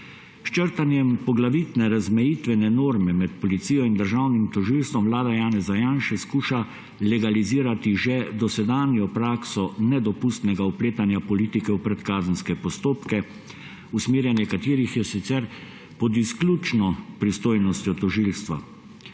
črtanjem poglavitne razmejitvene norme med policijo in državnim tožilstvom vlada Janeza Janše poskuša legalizirati že dosedanjo prakso nedopustnega vpletanja politike v predkazenske postopke, usmerjanje katerih je sicer pod izključno pristojnostjo tožilstva.